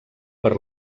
per